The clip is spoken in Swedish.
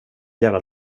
jävla